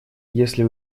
если